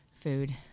food